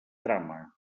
trama